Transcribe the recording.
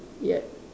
ya